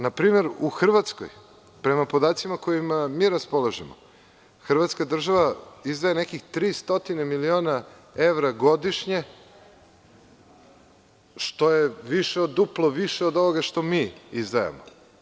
Na primer, u Hrvatskoj, prema podacima kojima mi raspolažemo, Hrvatska izdvaja nekih 300 miliona evra godišnje, što je više od duplo više od ovoga što mi izdvajamo.